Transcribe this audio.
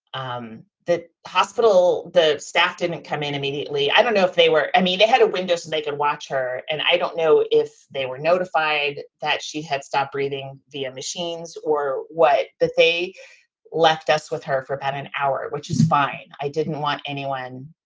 um the hospital, the staff didn't come in immediately. i don't know if they were. i mean, they had a windows and they could watch her. and i don't know if they were notified that she had stopped breathing machines or what, but they left us with her for about an hour, which is fine. i didn't want anyone.